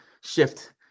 shift